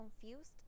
confused